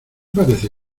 parece